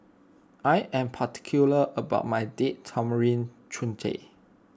I am particular about my Date Tamarind Chutney